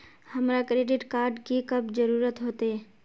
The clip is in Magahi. हमरा क्रेडिट कार्ड की कब जरूरत होते?